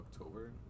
October